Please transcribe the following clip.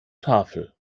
tafel